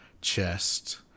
chest